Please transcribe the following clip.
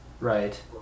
Right